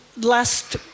last